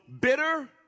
bitter